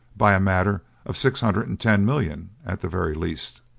by a matter of six hundred and ten millions at the very least.